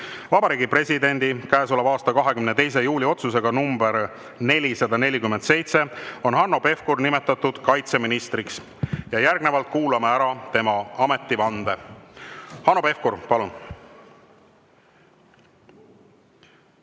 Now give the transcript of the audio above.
Vabariigi Presidendi käesoleva aasta 22. juuli otsusega nr 447 on Hanno Pevkur nimetatud kaitseministriks. Järgnevalt kuulame ära tema ametivande. Hanno Pevkur, palun!